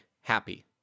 happy